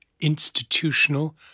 institutional